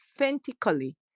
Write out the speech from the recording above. authentically